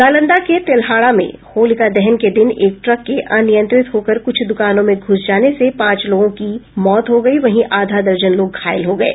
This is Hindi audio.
नालंदा के तेल्हाड़ा में होलिका दहन के दिन एक ट्रक के अनियंत्रित होकर कुछ द्वकानों में घुस जाने से पांच लोगों की मौत हो गयी वहीं आधा दर्जन लोग घायल हो गये